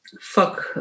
Fuck